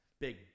big